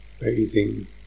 Bathing